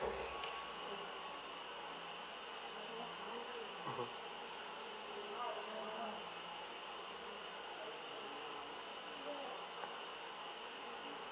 mmhmm